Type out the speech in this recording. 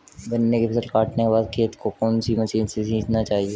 गन्ने की फसल काटने के बाद खेत को कौन सी मशीन से सींचना चाहिये?